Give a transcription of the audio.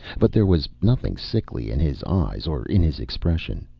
but there was nothing sickly in his eyes or in his expression.